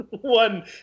one